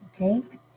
Okay